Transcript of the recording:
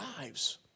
lives